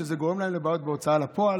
וזה גרם להם לבעיות עם ההוצאה לפועל.